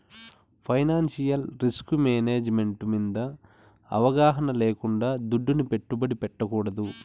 financial risk management మింద అవగాహన లేకుండా దుడ్డుని పెట్టుబడి పెట్టకూడదు